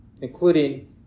Including